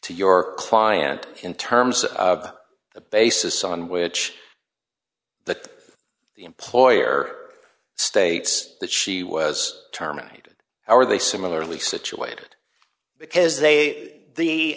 to your client in terms of the basis on which the employer states that she was terminated are they similarly situated because they the